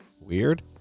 Weird